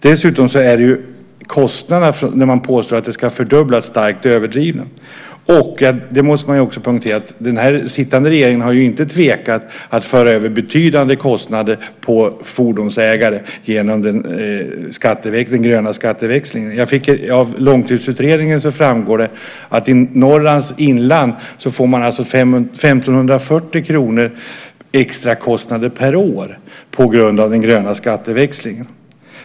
Påståendet att kostnaderna ska fördubblas är starkt överdrivet. Man måste också poängtera att den sittande regeringen inte har tvekat att föra över betydande kostnader på fordonsägare genom den gröna skatteväxlingen. Av Långtidsutredningen framgår det att man i Norrlands inland får 1 540 kr i extrakostnader per år på grund av den gröna skatteväxlingen.